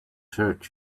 hurt